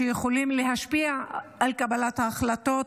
שיכולים להשפיע על קבלת ההחלטות,